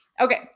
Okay